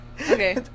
Okay